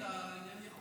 אין לי.